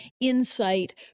insight